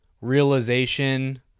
realization